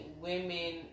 women